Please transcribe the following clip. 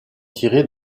tirées